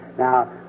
Now